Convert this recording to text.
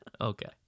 Okay